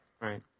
Right